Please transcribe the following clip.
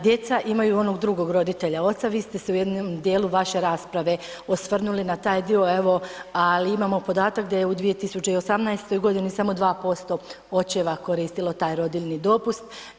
Djeca imaju onog drugog roditelja, oca, vi ste se u jednom dijelu vaše rasprave osvrnuli na taj dio, evo, ali imamo podatak da je u 2018. g. samo 2% očeva koristilo taj rodiljni dopust.